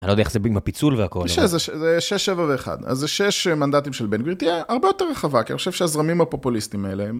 אני לא יודע איך זה בגלל הפיצול והכל. שש שבע ואחד, אז זה שש מנדטים של בן גביר, תהיה הרבה יותר רחבה, כי אני חושב שהזרמים הפופוליסטיים האלה הם...